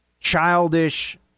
childish